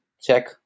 check